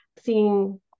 seeing